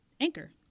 Anchor